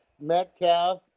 Metcalf